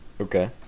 Okay